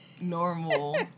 normal